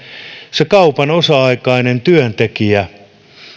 se kaupan osa aikainen työntekijä